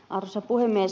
arvoisa puhemies